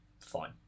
fine